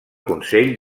consell